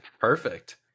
Perfect